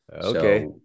okay